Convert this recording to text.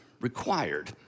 required